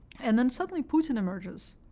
and then suddenly putin emerges,